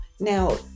Now